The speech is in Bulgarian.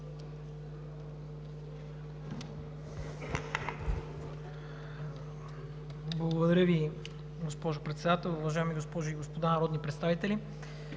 Благодаря Ви, госпожо Председател. Уважаеми госпожи и господа народни представители!